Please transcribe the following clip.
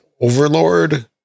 Overlord